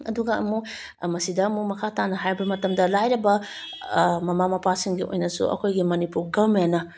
ꯑꯗꯨꯒ ꯑꯃꯨꯛ ꯃꯁꯤꯗ ꯑꯃꯨꯛ ꯃꯈꯥ ꯇꯥꯅ ꯍꯥꯏꯕ ꯃꯇꯝꯗ ꯂꯥꯏꯔꯕ ꯃꯃꯥ ꯃꯄꯥꯁꯤꯡꯒꯤ ꯑꯣꯏꯅꯁꯨ ꯑꯩꯈꯣꯏꯒꯤ ꯃꯅꯤꯄꯨꯔ ꯒꯔꯃꯦꯟꯅ